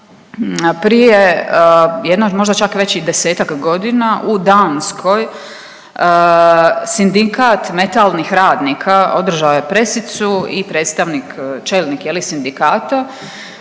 Prije jedno možda čak već i desetak godina u Danskoj Sindikat metalnih radnika održao je pressicu i predstavnik, čelnik je li sindikata